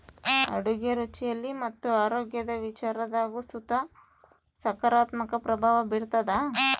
ಅಡುಗೆ ರುಚಿಯಲ್ಲಿ ಮತ್ತು ಆರೋಗ್ಯದ ವಿಚಾರದಾಗು ಸುತ ಸಕಾರಾತ್ಮಕ ಪ್ರಭಾವ ಬೀರ್ತಾದ